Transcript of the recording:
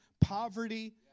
poverty